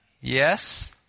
yes